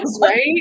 Right